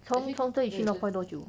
从从这里去 north point 多久